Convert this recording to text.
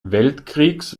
weltkriegs